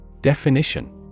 Definition